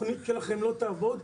התוכנית שלכם לא תעבוד,